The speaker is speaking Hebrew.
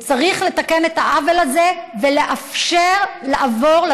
וצריך לתקן את העוול הזה ולאפשר לעבור,